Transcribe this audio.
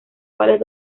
cuales